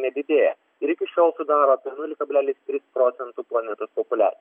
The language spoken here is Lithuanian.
nedidėja ir iki šiol sudaro apie nulį kablelis tris procentų planetos populia